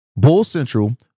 BULLCENTRAL